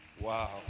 Wow